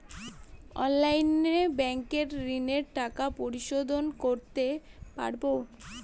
অনলাইনে ব্যাংকের ঋণের টাকা পরিশোধ করতে পারবো?